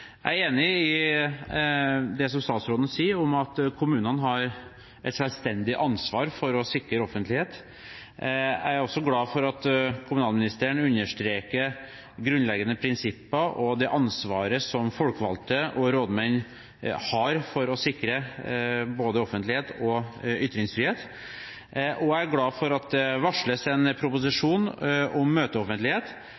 Jeg er enig i det statsråden sier om at kommunene har et selvstendig ansvar for å sikre offentlighet. Jeg er også glad for at kommunalministeren understreker grunnleggende prinsipper og det ansvaret som folkevalgte og rådmenn har for å sikre både offentlighet og ytringsfrihet, og jeg er glad for at det varsles en